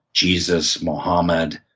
jesus, mohammad.